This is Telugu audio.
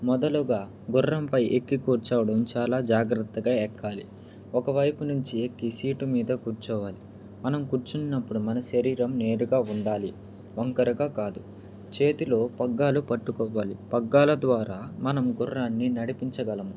మొదలుగా గుర్రంపై ఎక్కి కూర్చోవడం చాలా జాగ్రత్తగా ఎక్కాలి ఒకవైపు నుంచి ఎక్కి సీటు మీద కూర్చోవాలి మనం కూర్చున్నప్పుడు మన శరీరం నేరుగా ఉండాలి వంకరగా కాదు చేతిలో పగ్గాలు పట్టుకోవాలి పగ్గాల ద్వారా మనం గుర్రాన్ని నడిపించగలము